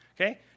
Okay